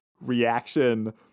reaction